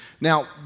Now